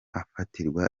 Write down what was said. afatirwa